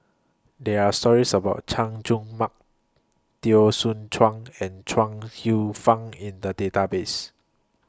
There Are stories about Chay Jung Mark Teo Soon Chuan and Chuang Hsueh Fang in The Database